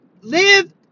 live